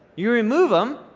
you remove em,